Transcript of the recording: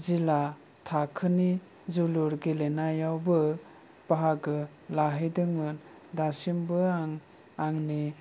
जिला थाखोनि जुलुर गेलेनायावबो बाहागो लाहैदोंमोन दासिमबो आं आंनि